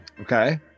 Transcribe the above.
Okay